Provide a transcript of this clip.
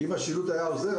אם השילוט היה עוזר,